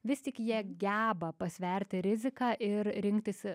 vis tik jie geba pasverti riziką ir rinktis